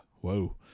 Whoa